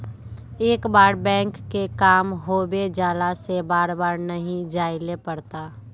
एक बार बैंक के काम होबे जाला से बार बार नहीं जाइले पड़ता?